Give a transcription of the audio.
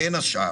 בין השאר,